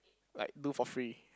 like do for free